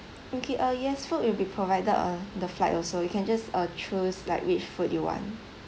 okay uh yes food will be provided uh the flight also you can just uh choose like which food you want